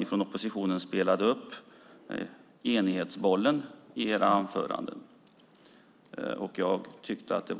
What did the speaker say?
Ni från oppositionen spelade upp enighetsbollen i era anföranden, men jag tyckte att den